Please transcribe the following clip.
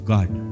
God